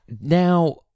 Now